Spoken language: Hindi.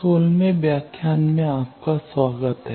सोलहवें व्याख्यान में आपका स्वागत है